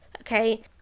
okay